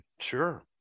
Sure